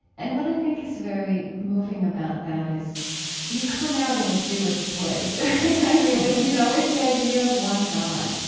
and what i think is very moving about that is you come out in a jewish place, i mean with, you know, with the idea of one god,